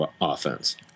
offense